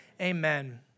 amen